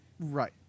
Right